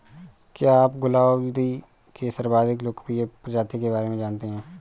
क्या आप गुलदाउदी के सर्वाधिक लोकप्रिय प्रजाति के बारे में जानते हैं?